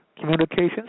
communications